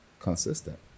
consistent